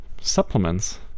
supplements